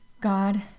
God